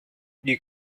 you